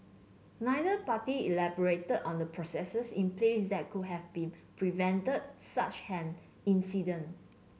neither party elaborated on the processes in place that could have been prevented such an incident